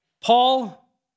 Paul